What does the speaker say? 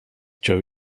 joe